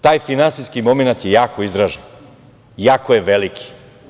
Taj finansijski momenat je jako izražen, jako je veliki.